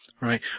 right